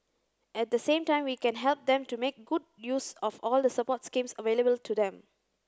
at the same time we can help them to make good use of all the support schemes available to them